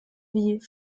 wie